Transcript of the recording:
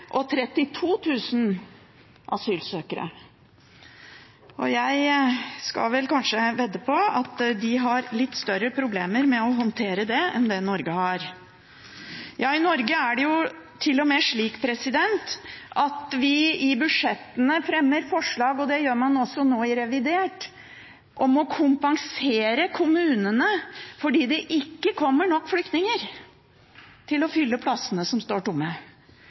asylsøkere. Jeg skal vedde på at de har litt større problemer med å håndtere det enn Norge har. I Norge fremmer vi til og med forslag i budsjettene – også nå i revidert nasjonalbudsjett – om å kompensere kommunene fordi det ikke kommer nok flyktninger til å fylle plassene som står tomme.